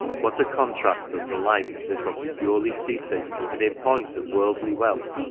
what a contrast does the life of this obscurely-seated, and, in point of worldly wealth,